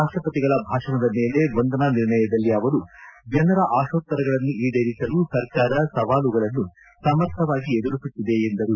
ರಾಷ್ಟಪತಿಗಳ ಭಾಷಣದ ಮೇಲೆ ವಂದನಾ ನಿರ್ಣಯದಲ್ಲಿ ಅವರು ಜನರ ಆಶೋತ್ತರಗಳನ್ನು ಈಡೇರಿಸಲು ಸರ್ಕಾರ ಸವಾಲುಗಳನ್ನು ಸಮರ್ಥವಾಗಿ ಎದುರಿಸುತ್ತಿದೆ ಎಂದರು